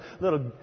little